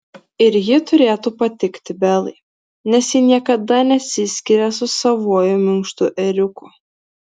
ir ji turėtų patikti belai nes ji niekada nesiskiria su savuoju minkštu ėriuku